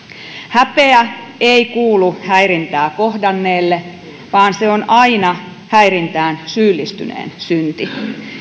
häpeä ei kuulu häirintää kohdanneelle vaan se on aina häirintään syyllistyneen synti